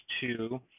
two